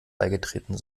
beigetreten